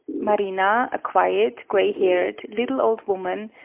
marina, a quiet, grey-haired, little old woman,